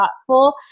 thoughtful